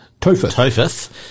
Topheth